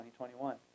2021